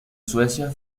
suecia